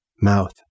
mouth